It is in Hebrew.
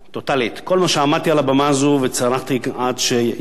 כל מה שעמדתי על הבמה הזאת וצרחתי עד שיבש גרוני,